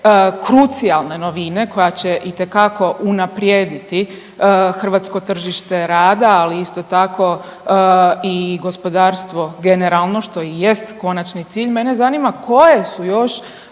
krucijalne novine koja će itekako unaprijediti hrvatsko tržište rada, ali isto tako i gospodarstvo generalno što i jest konačni cilj, mene zanima koje su još